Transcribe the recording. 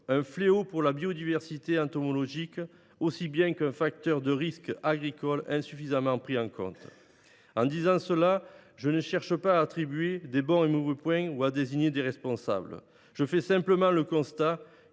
un fléau pour la biodiversité entomologique, ainsi qu’un facteur de risque agricole insuffisamment pris en compte. En disant cela, je ne cherche pas à attribuer de bons ou mauvais points non plus qu’à désigner des responsables ; je fais simplement le constat